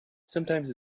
sometimes